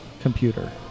computer